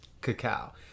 cacao